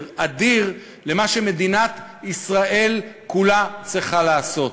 אדיר למה שמדינת ישראל כולה צריכה לעשות.